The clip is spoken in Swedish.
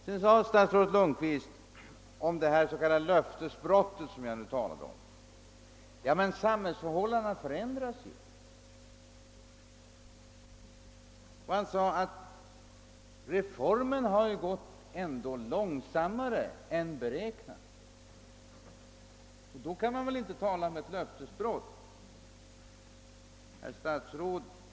Vad sedan gäller det löftesbrott, som jag talade om, sade statsrådet Lundkvist att samhällsförhållandena ju förändras. Statsrådet hänvisade till att reformen har gått långsammare än beräknat och att man därför inte kan tala om ett löftesbrott. Herr statsråd!